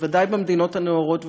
בוודאי במדינות הנאורות והמערביות,